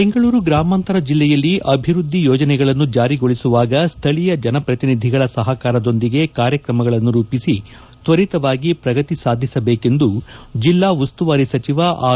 ಬೆಂಗಳೂರು ಗ್ರಾಮಾಂತರ ಜಿಲ್ಲೆಯಲ್ಲಿ ಅಭಿವೃದ್ದಿ ಯೋಜನೆಗಳನ್ನು ಜಾರಿಗೊಳಿಸುವಾಗ ಸ್ದಳೀಯ ಜನಪ್ರತಿನಿಧಿಗಳ ಸಹಕಾರದೊಂದಿಗೆ ಕಾರ್ಯಕ್ರಮಗಳನ್ನು ರೂಪಿಸಿ ತ್ವರಿತವಾಗಿ ಪ್ರಗತಿ ಸಾಧಿಸಬೇಕೆಂದು ಜಿಲ್ಲಾ ಉಸ್ತುವಾರಿ ಸಚಿವ ಆರ್